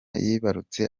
yibarutse